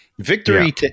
Victory